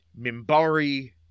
Mimbari